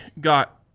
got